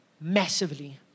massively